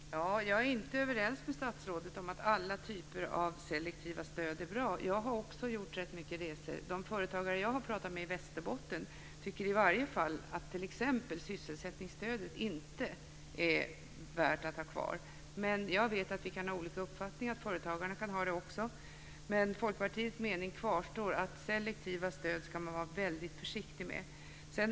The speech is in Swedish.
Fru talman! Jag är inte överens med statsrådet om att alla typer av selektiva stöd är bra. Jag har också gjort rätt många resor. De företagare som jag har pratat med i Västerbotten tycker i varje fall att t.ex. sysselsättningsstödet inte är värt att ha kvar. Jag vet att vi och företagarna kan ha olika uppfattningar, men Folkpartiets uppfattning kvarstår, att man ska vara väldigt försiktig med selektiva stöd.